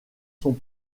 sont